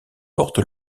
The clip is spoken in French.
porte